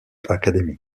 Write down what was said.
academy